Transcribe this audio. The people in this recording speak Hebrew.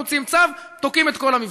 מוציאים צו ותוקעים את כל המבצע.